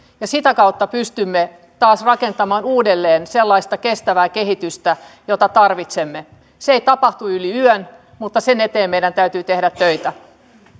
sitä kautta pystymme taas rakentamaan uudelleen sellaista kestävää kehitystä jota tarvitsemme se ei tapahdu yli yön mutta sen eteen meidän täytyy tehdä töitä